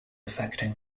affecting